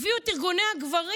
הביאו את ארגוני הגברים.